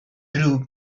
true